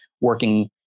working